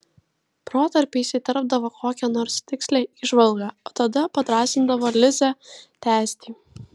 protarpiais įterpdavo kokią nors tikslią įžvalgą o tada padrąsindavo lizą tęsti